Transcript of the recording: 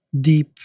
deep